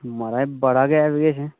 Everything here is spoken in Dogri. महाराज बड़ा गै एवें किश